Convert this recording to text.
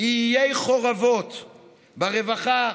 היא עיי חורבות ברווחה,